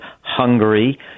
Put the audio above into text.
Hungary